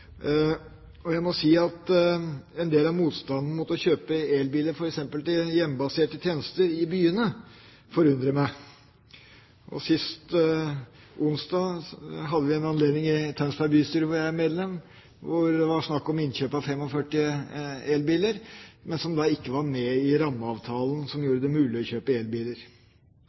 Jeg må si at en del av motstanden mot å kjøpe elbiler, f.eks. til hjemmebaserte tjenester, i byene forundrer meg. Sist onsdag hadde vi en anledning i Tønsberg bystyre – hvor jeg er medlem – hvor det var snakk om innkjøp av 45 elbiler, men som ikke var med i rammeavtalen som gjorde det mulig å kjøpe elbiler.